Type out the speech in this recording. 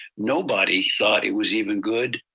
nobody thought it was even good.